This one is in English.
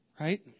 Right